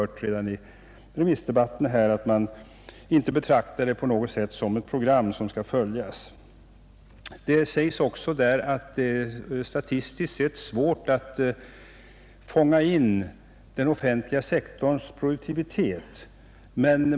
Redan i remissdebatten har vi hört att det inte för den offentliga sektorn betraktas som ett program som skall följas. Det framhålls också att det statistiskt sett är svårt att fånga in den offentliga sektorns produktivitet.